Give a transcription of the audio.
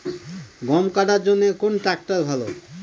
গম কাটার জন্যে কোন ট্র্যাক্টর ভালো?